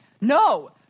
No